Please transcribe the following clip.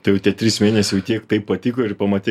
tai jau tie trys mėnesiai jau tiek taip patiko ir pamatei